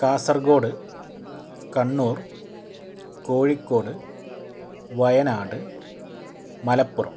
Kasaragod Kannur Kozhikode Wayanad Malappuram